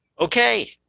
Okay